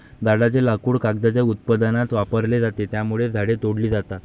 झाडांचे लाकूड कागदाच्या उत्पादनात वापरले जाते, त्यामुळे झाडे तोडली जातात